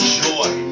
joy